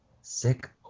sick